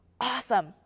awesome